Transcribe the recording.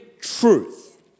truth